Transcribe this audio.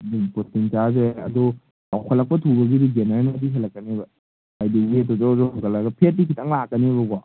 ꯑꯗꯨꯅꯤ ꯄ꯭ꯔꯣꯇꯤꯟ ꯆꯥꯔꯁꯨ ꯌꯥꯏ ꯑꯗꯣ ꯆꯥꯎꯈꯠꯂꯛꯄ ꯊꯨꯕꯒꯤꯗꯤ ꯒꯦꯟꯅꯔꯅꯗꯤ ꯍꯦꯜꯂꯛꯀꯅꯦꯕ ꯍꯥꯏꯗꯤ ꯋꯦꯠꯇꯣ ꯖꯣꯔ ꯖꯣꯔ ꯍꯦꯟꯒꯠꯂꯒ ꯐꯦꯠꯇꯤ ꯈꯤꯇꯪ ꯂꯥꯛꯀꯅꯦꯕꯀꯣ